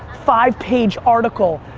five-page article,